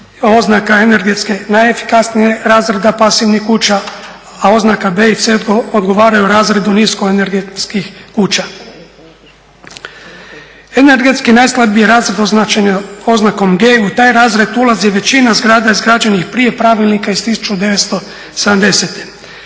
oznaka energetske najefikasnije razrada pasivnih kuća, a oznaka B i C odgovaraju razredu nisko energetskih kuća. Energetski najslabiji razred označen je oznakom G i u taj razred ulazi većina zgrada izgrađenih prije Pravilnika iz 1970.